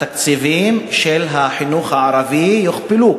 התקציבים של החינוך הערבי יוכפלו,